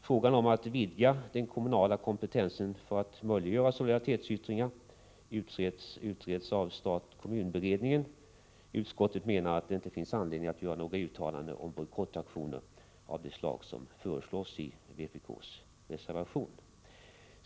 Frågan om att vidga den kommunala kompetensen för att möjliggöra solidaritetsyttringar utreds av stat-kommun-beredningen. Utskottet menar att det inte finns anledning att göra några uttalanden om bojkottaktioner av det slag som föreslås i vpk-reservationen.